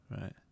Right